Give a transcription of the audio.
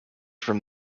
from